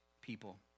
people